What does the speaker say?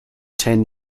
ten